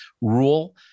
rule